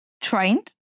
trained